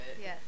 Yes